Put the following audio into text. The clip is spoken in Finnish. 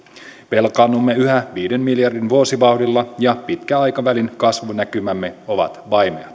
velkaannumme yhä viiden miljardin vuosivauhdilla ja pitkän aikavälin kasvunäkymämme ovat vaimeat